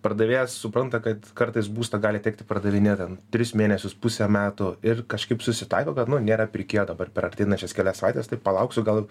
pardavėjas supranta kad kartais būstą gali tekti pardavinėt ten tris mėnesius pusę metų ir kažkaip susitaiko kad nu nėra pirkėjo dabar per ateinančias kelias savaites tai palauksiu gal